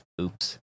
oops